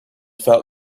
felt